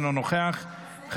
אינו נוכח,